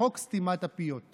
שמעלות את המחיר לצרכן.